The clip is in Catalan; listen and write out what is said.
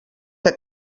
que